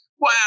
wow